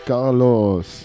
Carlos